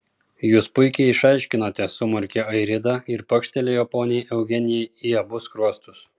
jūs puikiai išaiškinote sumurkė airida ir pakštelėjo poniai eugenijai į abu skruostus